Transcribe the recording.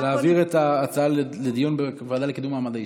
להעביר את ההצעה לדיון בוועדה לקידום מעמד האישה.